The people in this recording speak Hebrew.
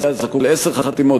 היה זקוק לעשר חתימות,